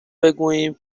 بگوییم